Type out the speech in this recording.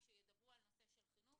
כאשר ידברו על נושא של חינוך,